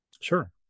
Sure